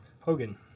Hogan